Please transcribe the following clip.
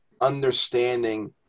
understanding